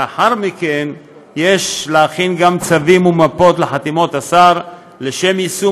לאחר מכן יש להכין גם צווים ומפות לחתימות השר לשם יישום